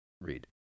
read